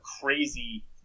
crazy